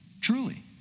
Truly